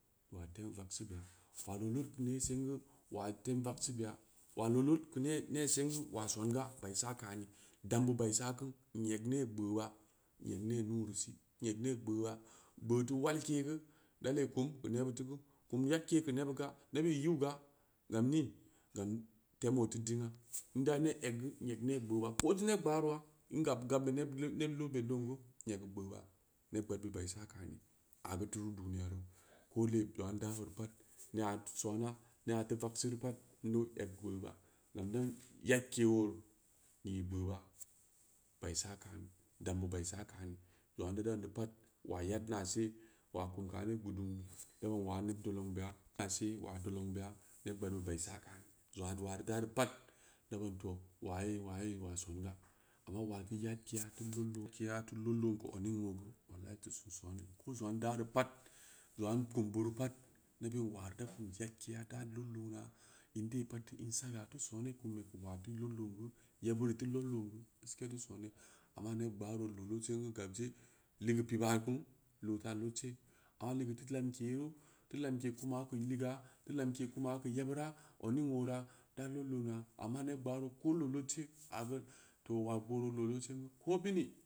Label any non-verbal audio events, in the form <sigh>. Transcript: Waa tem vagseu ɓeya, waa loo dod keu nee singu waa tem vag seu beya, waa loo lod keu nee sengu wa soonga ba i sa’ kani dambid baa i sa’ku, n eg nee gbea’ba, gbea’ba, gbeu’ teu walke geu, da lee kum geu nevid teu geu? Kum nyedke geu neɓɓid ga, da nuu di’ nɓa gam nii? Gam tam oo teu ding nan da nee egn geu, n eg nee gɓeu’ <noise> ba ko n teu ned baaruwa n gab gaɓɓu neɓ neɓ lo dba loon geu i eg bu gbeu’ba, ned gbaad bid ɓaa i sa. kaani, aa butu duniya ru, koole zongno n daa bureu pad, neu tau sonma, nea teu vagseu reu pad na nee egn gvai’ba, nyedke oo i’ gɓeu’ba baa i’ sa’ kaani, dambu baa i sa’ kaani, zangna neu daan neu pad waa yad nu see, waa kauu kaani gbilimmm, waam neu gbilim beya, waa gbilimm beya neb gbaad bid baa i sa’ kaami zangna waa daa reu pad da ban waa yee waa yee waa sanga, amma waa teu yyaadkea, teu lod lookeya teu lod loon geu odning oo geu teu sin soona, ko zangna n daa bureu pad zagwa n kum bureu pad na ben waa da kum nyedjeya da lod loona zang dee pad dea on saga tell soon a kumbe wa ten lod loon geu, yebbid i teu lod loon heu gaskiya teu sooni, am ma need gbaaro loo lod taal od see, aa ligeu piba ku loo taal od see, aa ligeu teu lamke ru, teu lamke kuma geu ligaa, teu lamke kuna geu yeɓira, odning oora, da lod loona amma ned gbaaro ko loo lod se agu to waa beuro loo lod sengu ko bini.